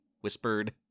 whispered